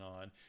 on